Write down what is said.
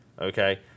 okay